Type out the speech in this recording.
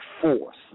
force